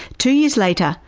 two years later,